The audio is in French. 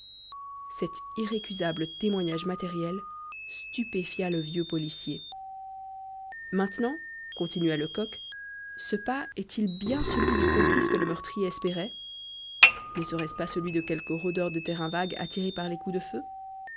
cet irrécusable témoignage matériel stupéfia le vieux policier maintenant continua lecoq ce pas est-il bien celui du complice que le meurtrier espérait ne serait-ce pas celui de quelque rôdeur de terrain vague attiré par les coups de feu